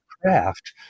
craft